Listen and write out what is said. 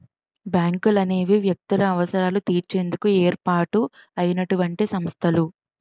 బ్యాంకులనేవి వ్యక్తుల అవసరాలు తీర్చేందుకు ఏర్పాటు అయినటువంటి సంస్థలు